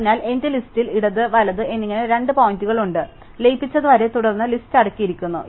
അതിനാൽ എന്റെ ലിസ്റ്റിൽ ഇടത് വലത് എന്നിങ്ങനെ രണ്ട് പോയിന്ററുകൾ ഉണ്ട് ലയിപ്പിച്ചതുവരെ തുടർന്ന ലിസ്റ്റ് അടുക്കിയിരിക്കുന്നു